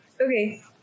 okay